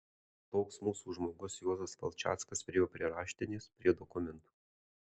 toks mūsų žmogus juozas valčackas priėjo prie raštinės prie dokumentų